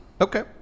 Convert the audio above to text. Okay